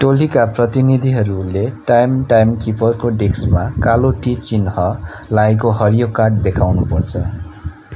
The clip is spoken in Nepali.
टोलीका प्रतिनिधिहरूले टाइम टाइमकिपरको डेस्कमा कालो टी चिन्ह लाएको हरियो कार्ड देखाउनुपर्छ